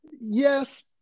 yes